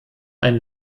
ein